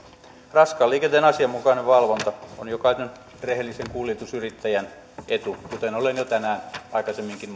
raskaan liikenteen asianmukainen valvonta on jokaisen rehellisen kuljetusyrittäjän etu kuten olen jo tänään aikaisemminkin